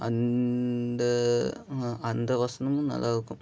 அந்த அந்த வசனமும் நல்லாயிருக்கும்